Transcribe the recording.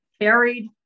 carried